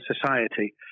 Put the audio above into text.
society